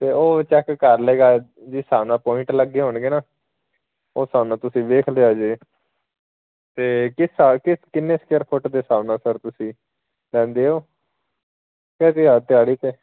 ਅਤੇ ਉਹ ਚੈੱਕ ਕਰ ਲਏਗਾ ਜਿਸ ਹਿਸਾਬ ਨਾਲ ਪੁਆਇੰਟ ਲੱਗੇ ਹੋਣਗੇ ਨਾ ਉਹ ਹਿਸਾਬ ਨਾਲ ਤੁਸੀਂ ਵੇਖ ਲਿਓ ਜੀ ਅਤੇ ਕਿਸ ਕਿੰਨੇ ਸਕੇਅਰ ਫੁੱਟ ਦੇ ਹਿਸਾਬ ਨਾਲ ਸਰ ਤੁਸੀਂ ਲੈਂਦੇ ਹੋ ਕਿੱਦਾਂ ਆ ਦਿਹਾੜੀ 'ਤੇ